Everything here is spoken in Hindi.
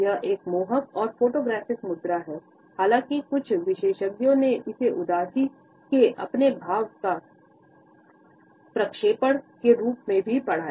एक मोहक और फोटोग्राफिक मुद्रा है हालाँकि कुछ विशेषज्ञों ने इसे उदासी के अपने भाव का प्रक्षेपण के रूप में भी पढ़ा है